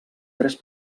tres